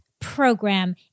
program